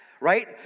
right